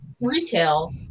retail